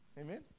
Amen